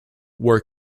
were